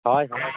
ᱦᱚᱭ